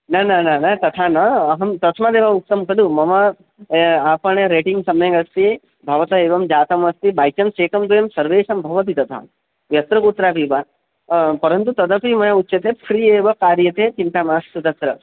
न न न न तथा न अहं तस्मादेव उक्तं खलु मम आपणे रेटिङ्ग् सम्यगस्ति भवता एवं जातमस्ति बैचान्स् एकं द्वयं सर्वेषां भवति तथा यत्र कुत्रापि बा परन्तु तदपि मया उच्यते फ़्री एव कार्यते चिन्ता मास्तु तत्र